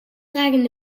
dragen